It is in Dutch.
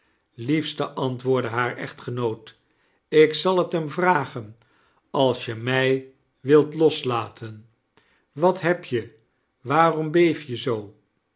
liefste antwoordde haar echtgenoot ik zal het hem vragen als je mij wilt loslatett wat heb je waarom beef je zoo